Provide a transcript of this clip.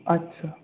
আচ্ছা